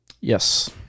Yes